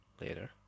later